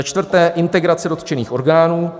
4. Integrace dotčených orgánů.